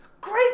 Great